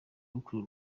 ukuriye